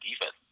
defense